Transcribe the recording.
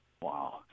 Wow